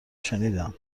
شنیدم